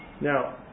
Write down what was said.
Now